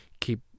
keep